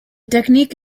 technique